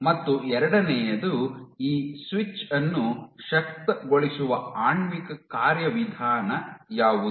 ಮತ್ತು ಎರಡನೆಯದು ಈ ಸ್ವಿಚ್ ಅನ್ನು ಶಕ್ತಗೊಳಿಸುವ ಆಣ್ವಿಕ ಕಾರ್ಯವಿಧಾನ ಯಾವುದು